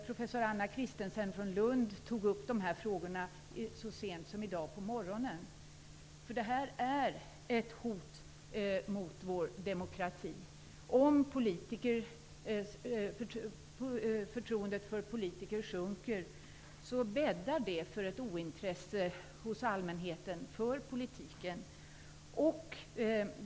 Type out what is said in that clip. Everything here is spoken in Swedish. Professor Anna Christensen från Lund tog upp dessa frågor så sent som i morse. Det här är ett hot mot vår demokrati. Om förtroendet för politiker sjunker bäddar det för ett ointresse för politiken hos allmänheten.